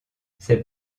ses